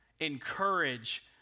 encourage